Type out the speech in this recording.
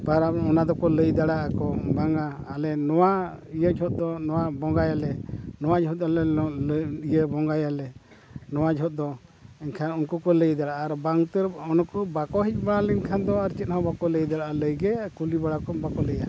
ᱯᱚᱨᱚᱵᱽ ᱚᱱᱟ ᱫᱚᱠᱚ ᱞᱟᱹᱭ ᱫᱟᱲᱮᱭᱟᱜ ᱟᱠᱚ ᱵᱟᱝᱟ ᱟᱞᱮ ᱱᱚᱣᱟ ᱤᱭᱟᱹ ᱡᱚᱦᱚᱜ ᱫᱚ ᱱᱚᱣᱟ ᱵᱚᱸᱜᱟᱭᱟᱞᱮ ᱱᱚᱣᱟ ᱡᱚᱦᱚᱜ ᱫᱚ ᱟᱞᱮ ᱞᱮ ᱤᱭᱟᱹ ᱵᱚᱸᱜᱟᱭᱟᱞᱮ ᱱᱚᱣᱟ ᱡᱚᱦᱚᱜ ᱫᱚ ᱮᱱᱠᱷᱟᱱ ᱩᱱᱠᱩ ᱠᱚ ᱞᱟᱹᱭ ᱫᱟᱲᱮᱭᱟᱜᱼᱟ ᱟᱨ ᱵᱟᱝ ᱩᱛᱟᱹᱨ ᱩᱱᱠᱩ ᱵᱟᱠᱚ ᱦᱮᱡ ᱵᱟᱲᱟ ᱞᱮᱱᱠᱷᱟᱱ ᱫᱚ ᱟᱨ ᱪᱮᱫ ᱦᱚᱸ ᱵᱟᱠᱚ ᱞᱟᱹᱭ ᱫᱟᱲᱮᱭᱟᱜᱼᱟ ᱞᱟᱹᱭ ᱜᱮ ᱟᱨ ᱠᱩᱞᱤ ᱵᱟᱲᱟ ᱠᱚᱢ ᱵᱟᱠᱚ ᱞᱟᱹᱭᱟ